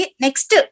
Next